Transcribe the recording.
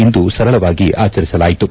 ಇಂದು ಸರಳವಾಗಿ ಆಚರಿಸಲಾಯಿತು